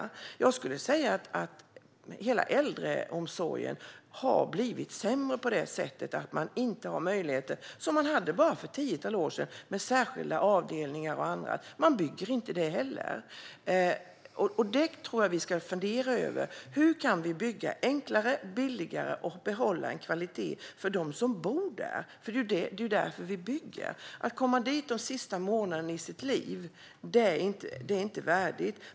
Jag skulle säga att hela äldreomsorgen har blivit sämre på så vis att man inte längre har möjligheten med till exempel särskilda avdelningar, som man hade för bara ett tiotal år sedan. Man bygger inte det heller. Jag tror att vi borde fundera över hur vi kan bygga enklare och billigare samtidigt som vi behåller kvaliteten för dem som bor där - det är ju därför vi bygger. Att komma dit de sista månaderna i livet är inte värdigt.